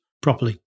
properly